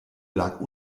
lag